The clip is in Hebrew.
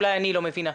אולי אני לא מבינה.